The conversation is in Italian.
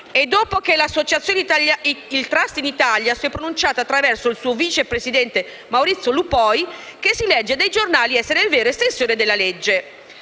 e dopo che l'associazione "Il trust in Italia" si è pronunciata attraverso il suo vice presidente Maurizio Lupoi che, stando a quanto si legge sui giornali, è il vero estensore della legge.